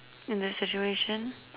in the situation